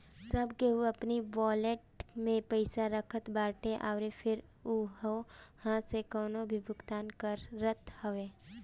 सब केहू अपनी वालेट में पईसा रखत बाटे अउरी फिर उहवा से कवनो भी भुगतान करत हअ